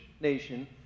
nation